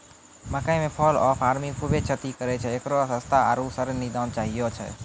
मकई मे fall of army खूबे क्षति करेय छैय, इकरो सस्ता आरु सरल निदान चाहियो छैय?